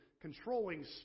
controlling